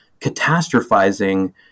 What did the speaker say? catastrophizing